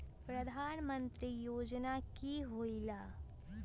प्रधान मंत्री योजना कि होईला?